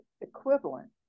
equivalent